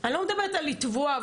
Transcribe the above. אני לא מדברת לתבוע,